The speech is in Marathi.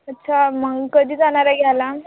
अच्छा मग कधी जाणार आहे घ्यायला